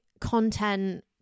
content